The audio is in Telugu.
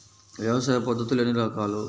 వ్యవసాయ పద్ధతులు ఎన్ని రకాలు?